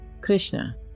Krishna